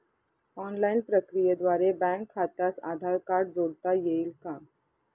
Online प्रक्रियेद्वारे bank खात्यास Aadhaar card जोडता येईल का?